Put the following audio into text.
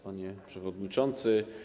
Panie Przewodniczący!